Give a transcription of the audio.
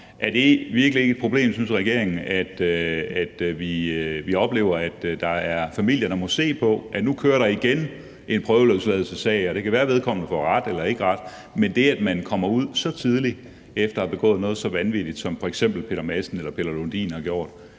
Er det virkelig ikke et problem, synes regeringen, at vi oplever, at der er familier, der må se, at nu kører der igen en prøveløsladelsessag? Og så kan vedkommende få ret eller ej, men det, at man kommer ud så tidligt efter at have begået noget så vanvittigt som f.eks. det, som Peter Madsen eller Peter Lundin har gjort,